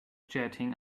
jetting